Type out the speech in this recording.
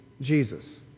Jesus